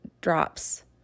drops